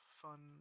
fun